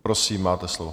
Prosím, máte slovo.